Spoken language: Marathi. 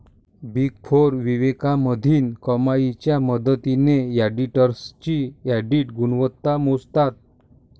बिग फोर विवेकाधीन कमाईच्या मदतीने ऑडिटर्सची ऑडिट गुणवत्ता मोजतात